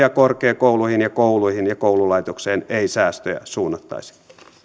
ja korkeakouluihin ja kouluihin ja koululaitokseen ei säästöjä suunnattaisi